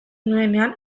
nuenean